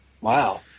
Wow